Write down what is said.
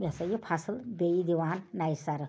یہِ ہسا یہِ فَصل بیٚیہِ دِوان نَیہِ سَرٕ